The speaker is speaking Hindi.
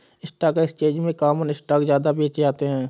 स्टॉक एक्सचेंज में कॉमन स्टॉक ज्यादा बेचे जाते है